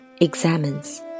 examines